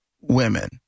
women